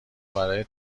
برای